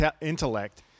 intellect